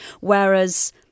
Whereas